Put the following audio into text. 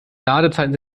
ladezeiten